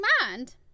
mind